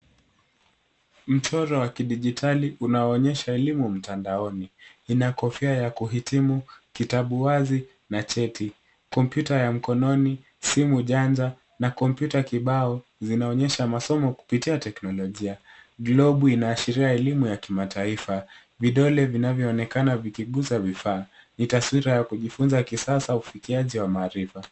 Mchoro wa kidijitali unaonyesha elimu mtandaoni. Kuna kofia ya kuhitimu, kitabu kilichofunguliwa, na cheti. Kompyuta ya mkononi, elimu ya mtandaoni, na kompyuta kibao vinaonyesha masomo kupitia teknolojia. Globu inaashiria elimu ya kimataifa. Vidole vinavyoonekana vikigusa vifaa vinavyotumika. Taswira hii inaonyesha mfumo wa kujifunza wa kisasa unaotumia teknolojia ya maarifa.